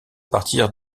partir